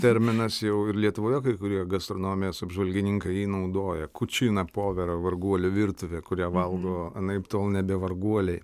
terminas jau ir lietuvoje kai kurie gastronomijos apžvalgininkai jį naudoja kučina povera varguolių virtuvė kurią valgo anaiptol nebe varguoliai